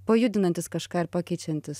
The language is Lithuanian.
pajudinantis kažką ir pakeičiantis